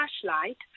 flashlight